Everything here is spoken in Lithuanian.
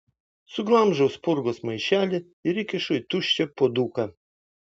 suglamžau spurgos maišelį ir įkišu į tuščią puoduką